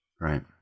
Right